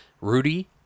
Rudy